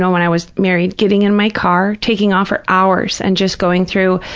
when i was married, getting in my car, taking off for hours and just going through,